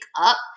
up